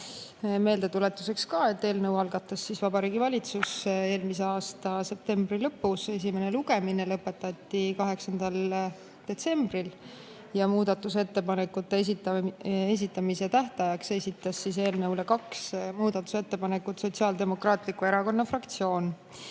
Meeldetuletuseks, et eelnõu algatas Vabariigi Valitsus eelmise aasta septembri lõpus. Esimene lugemine lõpetati 8. detsembril ja muudatusettepanekute esitamise tähtajaks esitas eelnõu kohta kaks muudatusettepanekut Sotsiaaldemokraatliku Erakonna fraktsioon.